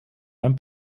beim